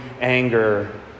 anger